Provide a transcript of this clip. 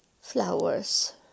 flowers